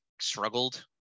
struggled